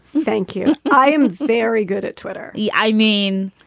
thank you. i am very good at twitter yeah i mean,